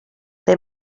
they